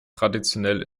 traditionell